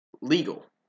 legal